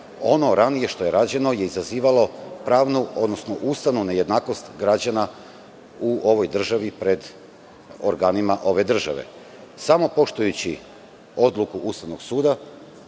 ono što je ranije rađeno izazivalo je pravnu, odnosno ustavnu nejednakost građana u ovoj državi pred organima ove države. Samo poštujući Odluku Ustavnog suda,